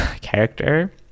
character